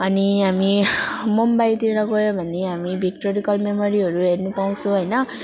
अनि हामी मुम्बईतिर गयो भने हामी भिक्टोरिया मेमोरीहरू हेर्नु पाउँछु होइन